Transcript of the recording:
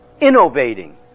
innovating